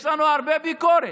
יש לנו הרבה ביקורת,